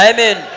Amen